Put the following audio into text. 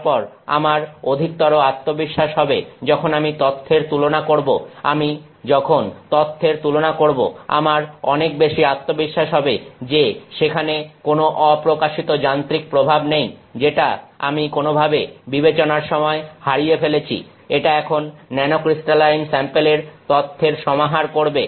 তারপর আমার অধিকতর আত্মবিশ্বাস হবে যখন আমি তথ্যের তুলনা করবো যখন আমি তথ্যের তুলনা করবো আমার অনেক বেশি আত্মবিশ্বাস হবে যে সেখানে কোন অপ্রকাশিত যান্ত্রিক প্রভাব নেই যেটা আমি কোনভাবে বিবেচনার সময় হারিয়ে ফেলেছি এটা এখন ন্যানোক্রিস্টালাইন স্যাম্পেলের তথ্যের সমাহার করবে